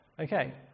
Okay